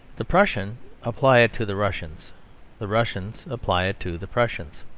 the prussians apply it to the russians the russians apply it to the prussians.